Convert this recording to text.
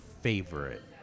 favorite